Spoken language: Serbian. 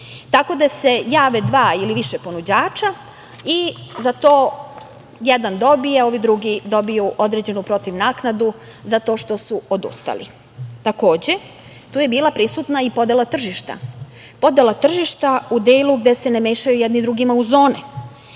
tako da se jave dva ili više ponuđača, i za to jedan dobije, ovi drugi dobiju određenu protiv naknadu, za to što su odustali. Takođe, tu je bila prisutna i podela tržišta. Podela tržišta u delu gde se ne mešaju jedni drugim u zone.